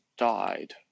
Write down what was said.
Died